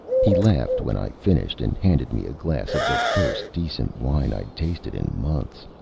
he laughed when i finished, and handed me a glass of the first decent wine i'd tasted in months.